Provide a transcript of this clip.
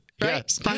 Yes